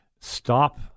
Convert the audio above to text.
stop